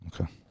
Okay